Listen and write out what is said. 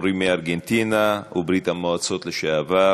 מורים מארגנטינה ומברית-המועצות לשעבר,